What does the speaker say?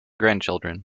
grandchildren